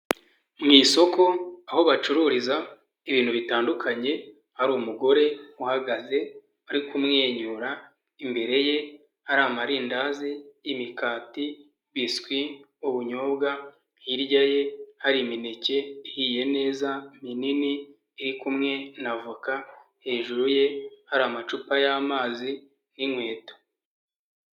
Mu isoko aho bacururiza ibintu bitandukanye hari umugore uhagaze ari kumwenyura, imbere ye hari amarindazi, imikati, biswi, ubunyobwa, hirya ye hari imineke ihiye neza minini iri kumwe na voka, hejuru ye hari amacupa y'amazi n'inkweto.